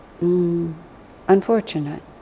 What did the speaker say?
unfortunate